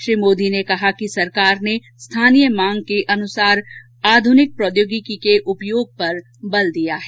श्री मोदी ने कहा कि सरकार ने स्थानीय मांग के अनुसार आधुनिक प्रौद्योगिकी के उपयोग पर बल दिया है